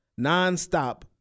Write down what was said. nonstop